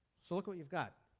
so look what you've got.